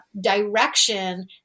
direction